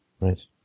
Right